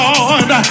Lord